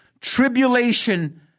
tribulation